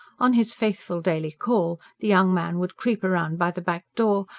on his faithful daily call, the young man would creep round by the back door,